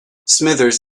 smithers